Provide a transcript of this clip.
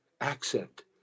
accent